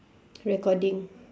recording